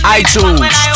iTunes